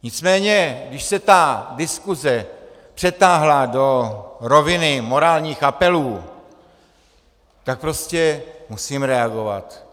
Nicméně když se ta diskuse přetáhla do roviny morálních apelů, tak prostě musím reagovat.